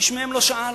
איש מהם לא שאל.